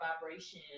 vibration